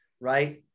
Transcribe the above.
right